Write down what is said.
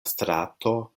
strato